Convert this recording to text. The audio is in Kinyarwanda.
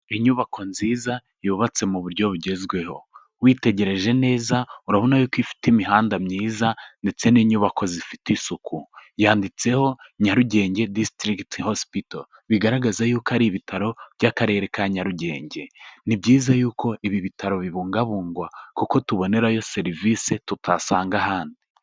Inyubako nziza yubatse mu buryo bugezweho, witegereje neza urabona yuko ifite imihanda myiza ndetse n'inyubako zifite isuku, yanditseho Nyarugenge disitirigiti hosipito bigaragaza yuko ari ibitaro by'akarere ka Nyarugenge, ni byiza yuko ibi bitaro bibungabungwa kuko tubonerayo serivise tutahasanga ahandi.